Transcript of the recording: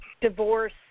divorce